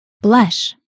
blush